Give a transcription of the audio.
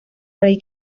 rey